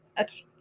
Okay